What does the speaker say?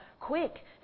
quick